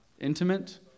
intimate